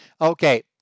okay